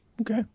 okay